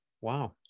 Wow